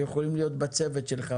שיכולים להיות בצוות שלך,